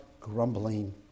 grumbling